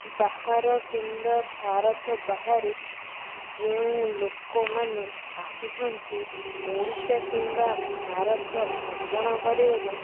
ବାହାର କିମ୍ବା ଭାରତ ବାହାରେ ଯେଉଁ ଲୋକମାନେ ଆସୁଛନ୍ତି ଓଡ଼ିଶା କିମ୍ବା ଭାରତ ଭ୍ରମଣ କରିବାକୁ